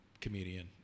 comedian